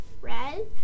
red